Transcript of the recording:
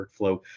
workflow